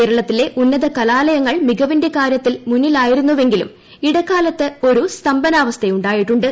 കേരളത്തില്ലെ എന്നത കലാലയങ്ങൾ മികവിന്റെ കാര്യത്തിൽ മുന്നിലായിരുന്നുഏവുക്കിലും ഇടക്കാലത്ത് ഒരു സ്തംഭനാവസ്ഥയുണ്ടായിട്ടുണ്ട്